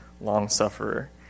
long-sufferer